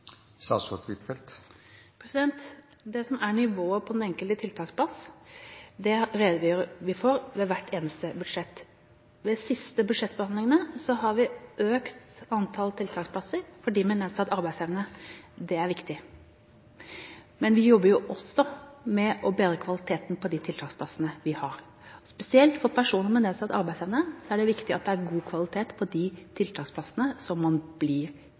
Det som er nivået på den enkelte tiltaksplass, redegjør vi for ved hvert eneste budsjett. Ved de siste budsjettforhandlingene har vi økt antall tiltaksplasser for dem med nedsatt arbeidsevne. Det er viktig. Men vi jobber jo også med å bedre kvaliteten på de tiltaksplassene som vi har. Spesielt for personer med nedsatt arbeidsevne er det viktig at det er god kvalitet på de tiltaksplassene som man blir